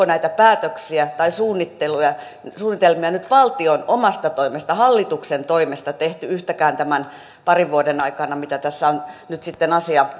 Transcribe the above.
näitä päätöksiä tai suunnitelmia nyt valtion omasta toimesta hallituksen toimesta tehty yhtäkään tämän parin vuoden aikana kun tässä on nyt sitten asia